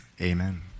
amen